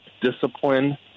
discipline